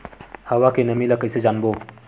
हवा के नमी ल कइसे जानबो?